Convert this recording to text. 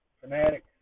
Fanatics